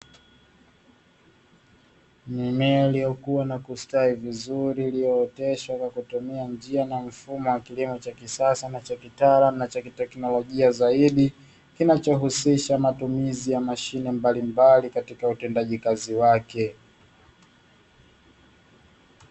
Mimea iliyokua na kustawi vizuri, iliyooteshwa kwa kutumia njia na mfumo wa kilimo cha kisasa na cha kitaalamu na cha kiteknolojia zaidi, kinachohusisha matumizi ya mashine mbalimbali katika utendaji kazi wake.